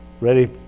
Ready